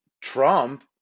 Trump